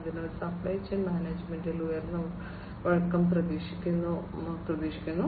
അതിനാൽ supply chain മാനേജ്മെന്റിൽ ഉയർന്ന വഴക്കം പ്രതീക്ഷിക്കുന്നു